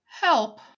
help